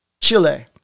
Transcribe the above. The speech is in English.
Chile